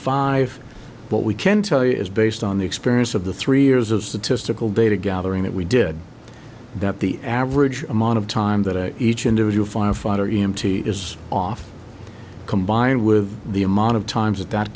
five but we can tell you is based on the experience of the three years of statistical data gathering that we did that the average amount of time that each individual firefighter in mt is off combined with the amount of times that